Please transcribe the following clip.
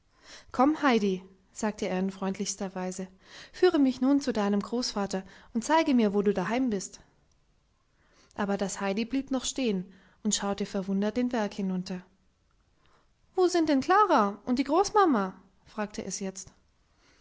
komm heidi sagte er in freundlichster weise führe mich nun zu deinem großvater und zeige mir wo du daheim bist aber das heidi blieb noch stehen und schaute verwundert den berg hinunter wo sind denn klara und die großmama fragte es jetzt